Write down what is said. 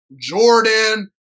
Jordan